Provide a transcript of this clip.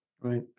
Right